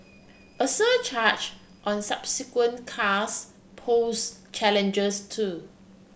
a surcharge on subsequent cars pose challenges too